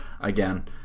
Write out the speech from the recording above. again